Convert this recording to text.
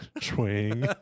Swing